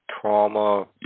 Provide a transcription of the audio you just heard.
trauma